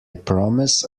promise